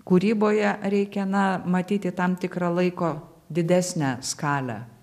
kūryboje reikia na matyti tam tikrą laiko didesnę skalę